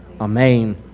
Amen